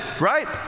right